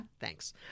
Thanks